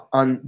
on